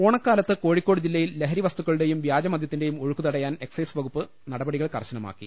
ഓണക്കാലത്ത് കോഴിക്കോട് ജില്ലയിൽ ലഹരി വസ്തു ക്കളുടെയും വ്യാജ മദ്യത്തിന്റെയും ഒഴുക്ക് തടയാൻ എക്സൈസ് വകുപ്പ് നടപടികൾ കർശനമാക്കി